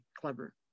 clever